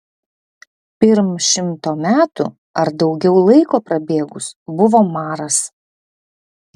pirm šimto metų ar daugiau laiko prabėgus buvo maras